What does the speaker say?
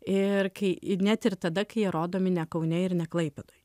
ir kai net ir tada kai jie rodomi ne kaune ir ne klaipėdoj